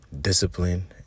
discipline